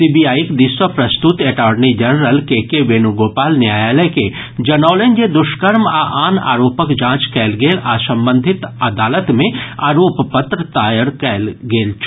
सीबीआईक दिस सॅ प्रस्तुत attorney general K K Venugopal न्यायालय के जनौलनि जे दुष्कर्म आ आन आरोपक जांच कयल गेल आ संबंधित अदालत मे आरोप पत्र दायर कयल गेल छल